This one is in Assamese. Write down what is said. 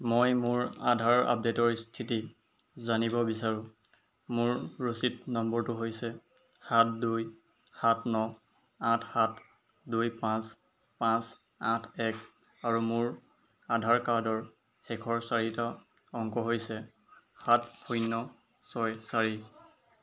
মই মোৰ আধাৰ আপডেটৰ স্থিতি জানিব বিচাৰোঁ মোৰ ৰচিদ নম্বৰটো হৈছে সাত দুই সাত ন আঠ সাত দুই পাঁচ পাঁচ আঠ এক আৰু মোৰ আধাৰ কাৰ্ডৰ শেষৰ চাৰিটা অংক হৈছে সাত শূন্য ছয় চাৰি